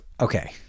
okay